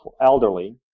elderly